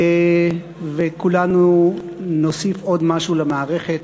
וכולנו נוסיף עוד משהו למערכת